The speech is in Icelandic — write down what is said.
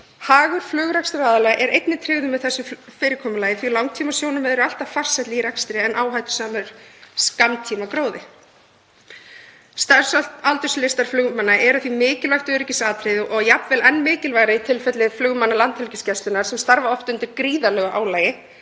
Hagur flugrekstraraðila er einnig tryggður með þessu fyrirkomulagi því langtímasjónarmið eru alltaf farsælli í rekstri en áhættusamur skammtímagróði. Starfsaldurslistar flugmanna eru því mikilvægt öryggisatriði og jafnvel enn mikilvægara í tilfelli flugmanna Landhelgisgæslunnar sem starfa oft undir gríðarlegu álagi,